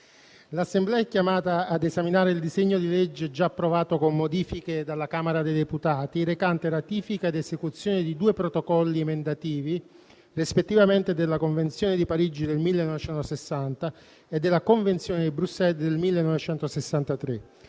l'Assemblea è chiamata ad esaminare il disegno di legge, già approvato con modifiche dalla Camera dei deputati, recante ratifica ed esecuzione di due Protocolli emendativi, rispettivamente della Convenzione di Parigi del 1960 e della Convenzione di Bruxelles del 1963